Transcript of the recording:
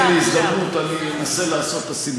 אם תהיה לי הזדמנות, אני אנסה לעשות את הסימולציה.